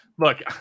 Look